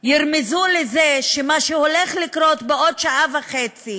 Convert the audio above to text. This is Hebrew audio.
ירמזו לזה שמה שהולך לקרות בעוד שעה וחצי